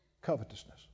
Covetousness